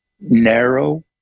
narrow